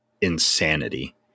insanity